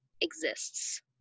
exists